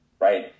right